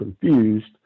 confused